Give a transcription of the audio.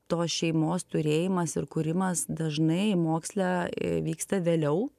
tos šeimos turėjimas ir kūrimas dažnai moksle vyksta vėliau